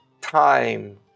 time